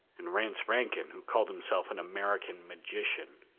and rance rankin, who called himself an american magician.